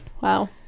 Wow